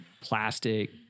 plastic